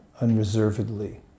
unreservedly